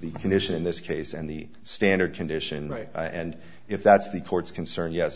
the condition in this case and the standard condition right and if that's the court's concern yes